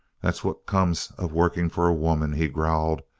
that's what comes of working for a woman, he growled.